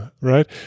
Right